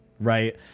right